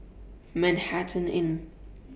Manhattan Inn